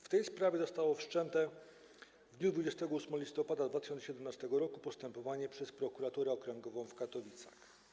W tej sprawie zostało wszczęte w dniu 28 listopada 2017 r. postępowanie przez Prokuraturę Okręgową w Katowicach.